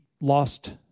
lost